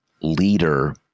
leader